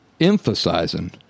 emphasizing